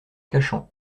cachan